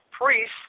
priests